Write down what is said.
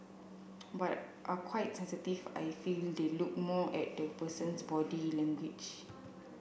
but are quite sensitive I feel they look more at the person's body language